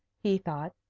he thought,